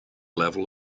level